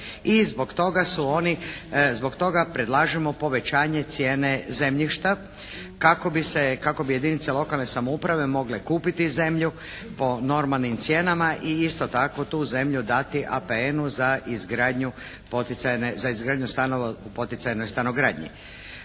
I zbog toga predlažemo povećanje cijene zemljišta kako bi jedinice lokalne samouprave mogle kupiti zemlju po normalnim cijenama i isto tako tu zemlju dati APN-u za izgradnju stanova u poticajnoj stanogradnji.